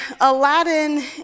Aladdin